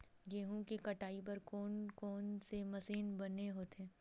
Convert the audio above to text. गेहूं के कटाई बर कोन कोन से मशीन बने होथे?